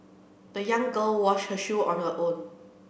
the young girl washed her shoe on her own